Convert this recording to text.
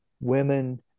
Women